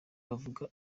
bavuga